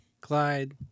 Clyde